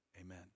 Amen